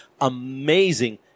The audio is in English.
amazing